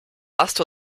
lasst